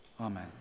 Amen